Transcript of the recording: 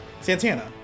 Santana